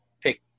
pick